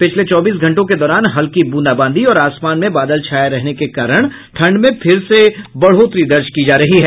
पिछले चौबीस घंटों के दौरान हल्की बूंदाबांदी और आसमान में बादल छाये रहने के कारण ठंड में फिर से बढ़ोतरी दर्ज की जा रही है